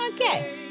Okay